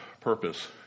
purpose